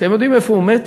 אתם יודעים איפה הוא מת?